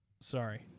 sorry